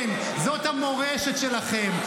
כן, זאת המורשת שלכם.